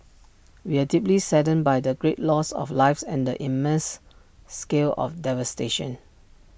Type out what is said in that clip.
we are deeply saddened by the great loss of lives and the immense scale of devastation